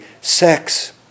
sex